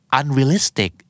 unrealistic